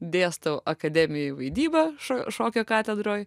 dėstau akademijoj vaidybą šo šokio katedroj